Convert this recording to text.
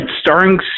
starring